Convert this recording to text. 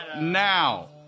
now